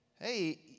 Hey